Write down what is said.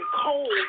cold